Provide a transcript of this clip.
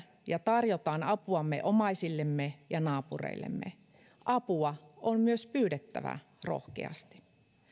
ja tarjotaan apuamme omaisillemme ja naapureillemme apua on myös pyydettävä rohkeasti